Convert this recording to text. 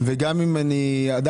וגם את נכנעתי,